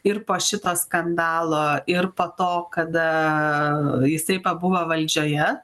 ir po šito skandalo ir po to kada jisai pabuvo valdžioje